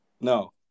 No